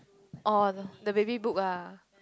oh the baby book ah